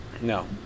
No